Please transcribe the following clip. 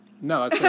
No